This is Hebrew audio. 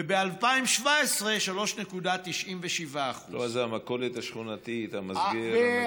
וב-2017, 3.97%. זו המכולת השכונתית, המסגר.